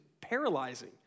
paralyzing